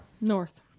North